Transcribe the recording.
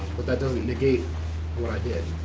but that doesn't negate what i did.